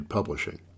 Publishing